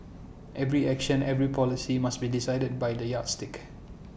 every action every policy must be decided by the yardstick